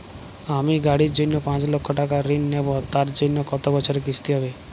আমি গাড়ির জন্য পাঁচ লক্ষ টাকা ঋণ নেবো তার জন্য কতো বছরের কিস্তি হবে?